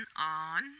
on